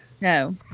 No